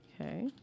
okay